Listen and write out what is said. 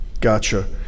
Gotcha